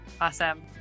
Awesome